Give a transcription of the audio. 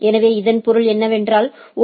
எனவே இதன் பொருள் என்னவென்றால்ஓ